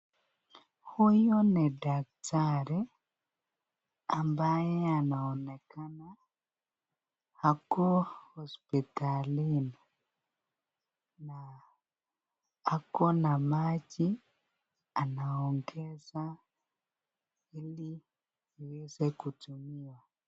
Huyu ni daktari ambaye anaonekana akiwa hospitalini na ako na maji anaongeza ili aweze kutumiwa.